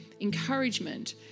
encouragement